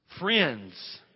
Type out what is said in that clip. Friends